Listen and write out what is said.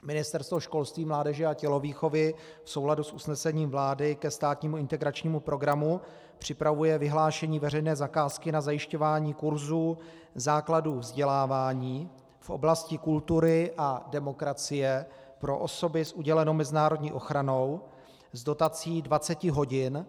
Ministerstvo školství, mládeže a tělovýchovy v souladu s usnesením vlády ke státnímu integračnímu programu připravuje vyhlášení veřejné zakázky na zajišťování kurzů základů vzdělávání v oblasti kultury a demokracie pro osoby s udělenou mezinárodní ochranou s dotací 20 hodin.